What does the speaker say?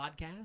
podcast